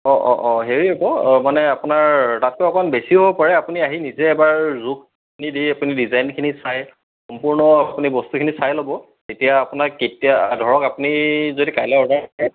অঁ অঁ অঁ হেৰি হ'ব মানে আপোনাৰ তাতো অকণ বেছি হ'ব পাৰে আপুনি আহি নিজে এবাৰ জোখখিনি দি আপুনি ডিজাইনখিনি চাই সম্পূৰ্ণ আপুনি বস্তুখিনি চাই ল'ব তেতিয়া আপোনাক কেতিয়া ধৰক আপুনি যদি কাইলে অৰ্ডাৰ